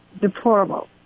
deplorable